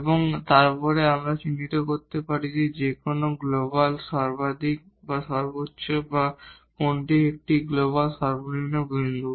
এবং তারপরে আমরা চিহ্নিত করতে পারি যে কোনটি সর্বাধিক গ্লোবাল মাক্সিমাম বা কোনটি একটি গ্লোবাল মিনিমাম বিন্দু